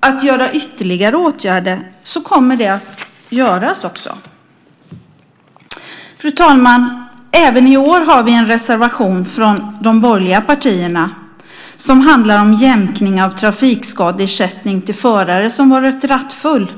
att man gör ytterligare åtgärder kommer det också att göras. Fru talman! Även i år har vi en reservation från de borgerliga partierna som handlar om jämkning av trafikskadeersättning till förare som varit rattfull.